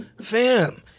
Fam